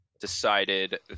decided